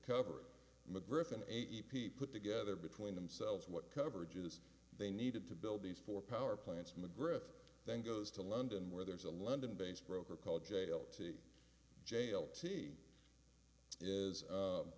cover mcgriff and a e p put together between themselves what coverages they needed to build these four power plants mcgriff then goes to london where there's a london based broker called jail to jail t is